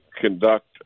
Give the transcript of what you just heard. conduct